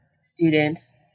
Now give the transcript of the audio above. students